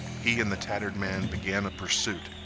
he and the tattered man began a pursuit.